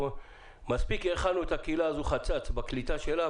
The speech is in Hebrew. מספיק האכלנו את הקהילה הזאת חצץ בקליטה שלה,